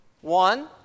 One